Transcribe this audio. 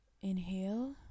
Inhale